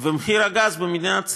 ומחיר הגז במדינת ישראל,